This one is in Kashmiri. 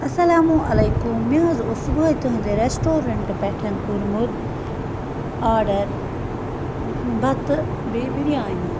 اَلسَلامُ علیکُم مےٚ حظ اوس صُبحٲے تُہٕنٛدِ ریٚسٹورنٹ پیٚٹھٕ کوٚرمُت آڈَر بَتہٕ بیٚیہِ بِریانی